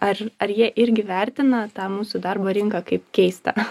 ar ar jie irgi vertina tą mūsų darbo rinką kaip keistą